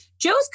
Joe's